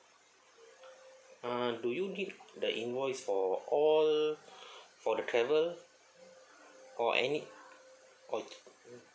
uh do you need the invoice for all for the travel or any or